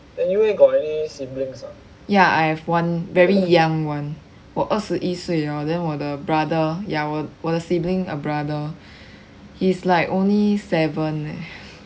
ya I have one very young [one] 我二十一岁 hor then 我的 brother ya 我的 sibling a brother he's like only seven eh